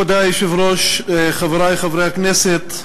כבוד היושב-ראש, חברי חברי הכנסת,